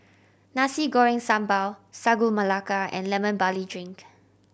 Nasi Goreng Sambal Sagu Melaka and Lemon Barley Drink